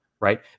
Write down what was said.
right